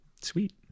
Sweet